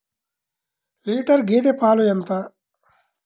Litre గేదె పాలు ఎంత?